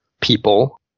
people